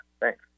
thanks